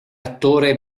attore